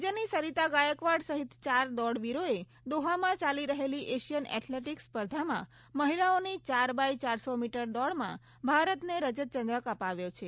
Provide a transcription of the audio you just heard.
રાજ્યની સરીતા ગાયકવાડ સહિત ચાર દોડવીરોએ દોહામાં ચાલી રહેલી એશિયન એથ્લેટીક્સ સ્પર્ધામાં મહિલાઓની ચાર બાય ચારસો મીટર દોડમાં ભારતને રજત ચંદ્રક અપાવ્યો છે